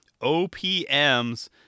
OPM's